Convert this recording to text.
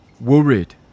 Worried